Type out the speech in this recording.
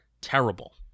terrible